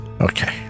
Okay